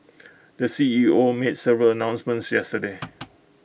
the C E O made several announcements yesterday